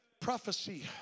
prophecy